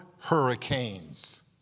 hurricanes